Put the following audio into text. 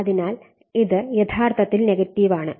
അതിനാൽ ഇത് യഥാർത്ഥത്തിൽ നെഗറ്റീവ് ആണ്